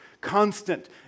Constant